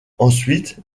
ensuite